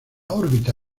órbita